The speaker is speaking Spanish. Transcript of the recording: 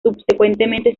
subsecuentemente